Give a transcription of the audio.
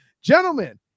gentlemen